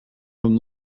from